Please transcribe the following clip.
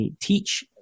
teach